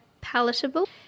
palatable